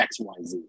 xyz